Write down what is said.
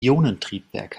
ionentriebwerk